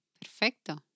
Perfecto